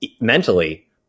mentally